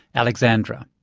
alexandra.